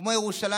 כמו ירושלים.